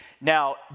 Now